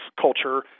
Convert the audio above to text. culture